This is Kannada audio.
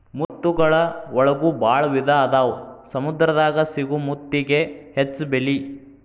ಮುತ್ತುಗಳ ಒಳಗು ಭಾಳ ವಿಧಾ ಅದಾವ ಸಮುದ್ರ ದಾಗ ಸಿಗು ಮುತ್ತಿಗೆ ಹೆಚ್ಚ ಬೆಲಿ